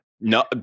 No